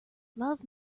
love